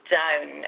down